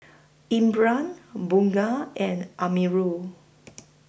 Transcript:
Imran Bunga and Amirul